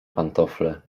pantofle